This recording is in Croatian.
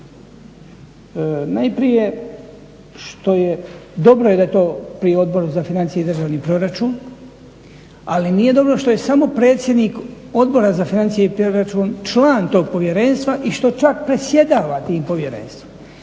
Najprije što je, dobro je da je to pri Odboru za financije i državni proračun ali nije dobro što je samo predsjednik Odbora za financije i proračun, član tog povjerenstva i što čak predsjedava tim povjerenstvom.